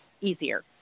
easier